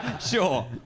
Sure